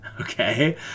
Okay